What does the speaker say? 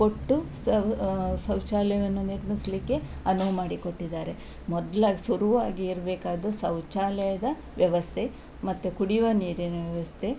ಕೊಟ್ಟು ಶೌಚಾಲಯವನ್ನು ನಿರ್ಮಿಸಲಿಕ್ಕೆ ಅನುವು ಮಾಡಿಕೊಟ್ಟಿದ್ದಾರೆ ಮೊದ್ಲಾಗಿ ಶುರುವಾಗಿ ಇರಬೇಕಾದ್ದು ಶೌಚಾಲಯದ ವ್ಯವಸ್ಥೆ ಮತ್ತೆ ಕುಡಿಯುವ ನೀರಿನ ವ್ಯವಸ್ಥೆ